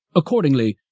accordingly,